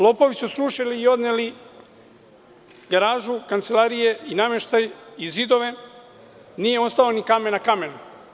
Lopovi su srušili i odneli garažu, kancelarije i nameštaj i zidove, nije ostao ni kamen na kamenu.